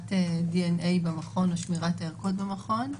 הפקת דנ"א במכון או שמירת הערכות במכון.